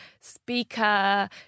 speaker